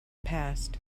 passed